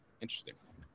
interesting